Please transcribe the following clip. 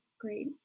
Great